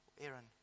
Aaron